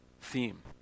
theme